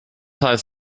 heißt